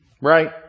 right